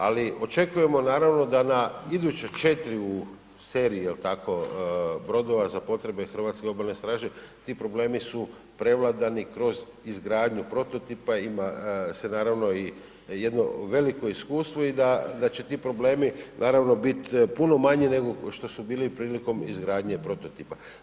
Ali očekujemo naravno da na iduća u seriji, jel tako, brodova za potrebe Hrvatske obalne straže, ti problemi su prevladani kroz izgradnju prototipa, ima se naravno i jedno veliko iskustvo i da će ti problemi naravno bit puno manji nego što su bili prilikom izgradnje prototipa.